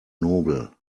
nobel